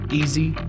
easy